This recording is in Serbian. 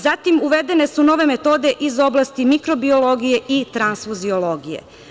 Zatim, uvedene su nove metode iz oblasti mikrobiologije i transfuziologije.